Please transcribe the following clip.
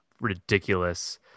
ridiculous